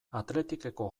athleticeko